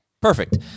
Perfect